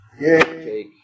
Yay